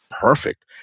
perfect